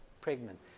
pregnant